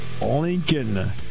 Lincoln